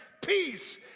peace